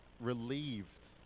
relieved